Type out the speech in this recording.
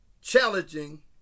challenging